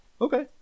Okay